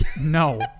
No